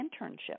internship